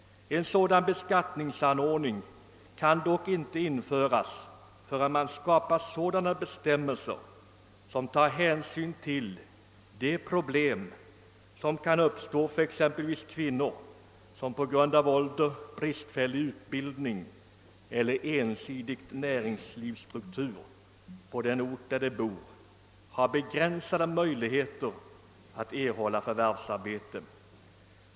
En sådan beskattningsanordning kan dock inte införas förrän man skapat bestämmelser som tar hänsyn till de problem som kan uppstå för exempelvis kvinnor som på grund av hög ålder, bristfällig utbildning eller ensidig näringslivsstruktur på sin bostadsort har begränsade möjligheter att erhålla förvärvsarbete.